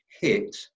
hit